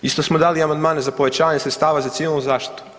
Isto smo dali amandmane za povećanje sredstva za civilnu zaštitu.